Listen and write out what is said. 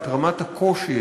את רמת הקושי,